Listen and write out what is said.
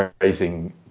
raising